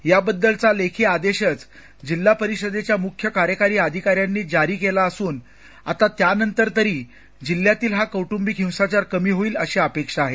याबद्दलचा लेखी आदेश जिल्हा परिषदेच्या प्रमुखांनी जारी केला असून आता त्यानंतर तरी जिल्ह्यातील हा कौटुंबिक हिंसाचार कमी होईल अशी अपेक्षा आहे